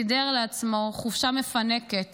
סידר לעצמו חופשה מפנקת